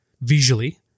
visually